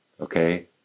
okay